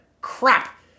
crap